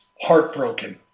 heartbroken